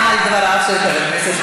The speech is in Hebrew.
אני אמרתי תודה לא רק על ההזמנה,